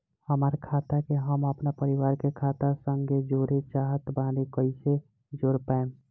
हमार खाता के हम अपना परिवार के खाता संगे जोड़े चाहत बानी त कईसे जोड़ पाएम?